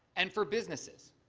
and for businesses.